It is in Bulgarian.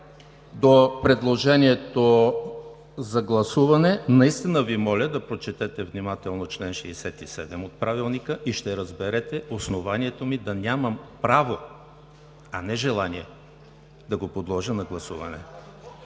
до предложението за гласуване – наистина Ви моля да прочетете внимателно чл. 67 от Правилника и ще разберете основанието ми да нямам право, а не желание, да го подложа на гласуване.